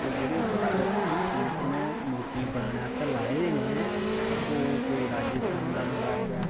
ओर जेह्ड़े ओह् पत्थर उनें मूरतियें बनानें आस्तै लाऐ दे न उनें ते ओह् कोई राज्यस्थान दा मंगाऐ दा कोई